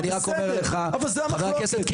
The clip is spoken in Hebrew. זו המחלוקת,